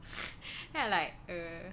then I like uh